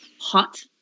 hot